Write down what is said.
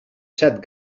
set